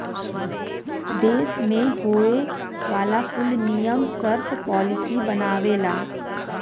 देस मे होए वाला कुल नियम सर्त पॉलिसी बनावेला